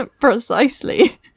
Precisely